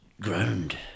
ground